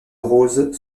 rose